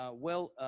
ah well,